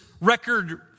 record